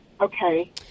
Okay